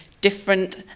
different